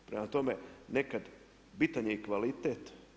Prema tome, nekad bitan je i kvalitet.